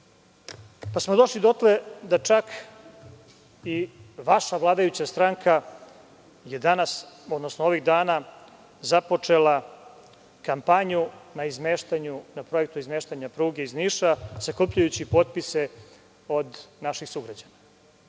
smo dotle da je čak i vaša vladajuća stranka danas, odnosno ovih dana, započela kampanju na projektu izmeštanja pruge iz Niša, sakupljajući potpise od naših sugrađana.